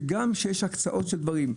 שגם כשיש הקצאות של דברים,